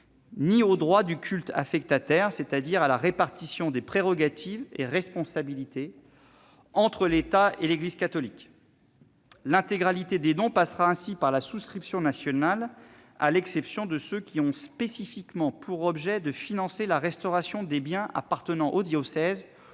ni les droits du culte affectataire, c'est-à-dire la répartition des prérogatives et des responsabilités entre l'État et l'Église catholique. L'intégralité des dons passera ainsi par la souscription nationale, à l'exception de ceux qui ont spécifiquement pour objet de financer la restauration des biens appartenant au diocèse